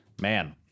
man